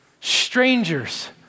strangers